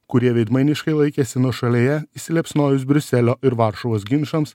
kurie veidmainiškai laikėsi nuošalėje įsiliepsnojus briuselio ir varšuvos ginčams